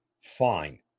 fine